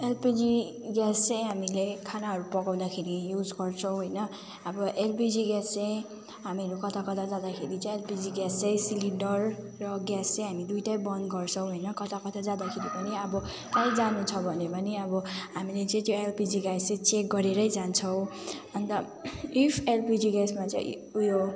LPG gas चाहिँ हामीले खानाहरू पकाउँदाखेरि युज गर्छौँ होइन अब एलपिजी ग्यास चाहिँ हामीहरू कता कता जाँदाखेरि चाहिँ एलपिजी ग्यास चाहिँ सिलिन्डर र ग्यास चाहिँ हामी दुईवटै बन्द गर्छौँ होइन कता कता जाँदाखेरि पनि अब कहीँ जानु छ भने पनि अब हामीले चाहिँ त्यो एलपिजी ग्यास चाहिँ चेक गरेरै जान्छौँ अन्त इफ एलपिजी ग्यासमा चाहिँ उयो